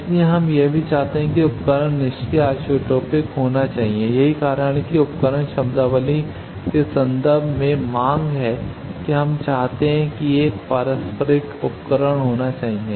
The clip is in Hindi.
इसलिए हम यह भी चाहते हैं कि उपकरण निष्क्रिय आइसोट्रोपिक होना चाहिए और यही कारण है कि उपकरण शब्दावली के संदर्भ में मांग है कि हम चाहते हैं कि यह एक पारस्परिक उपकरण होना चाहिए